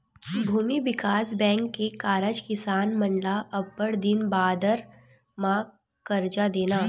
भूमि बिकास बेंक के कारज किसान मन ल अब्बड़ दिन बादर म करजा देना